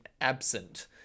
absent